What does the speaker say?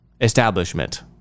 establishment